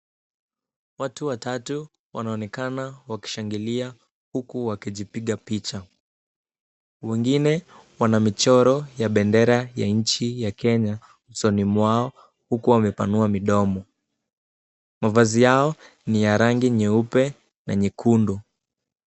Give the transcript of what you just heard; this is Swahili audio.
Watu watatu wanaonekana wakishangilia huku wakijipiga picha. Wengine wana michoro ya bendera ya nchi ya Kenya usoni mwao huku wamepanua midomo. Mavazi yao ni ya rangi nyeupe na nyekundu.